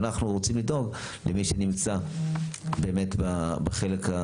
ואנחנו רוצים לדאוג למי שנמצא באמת בחלק,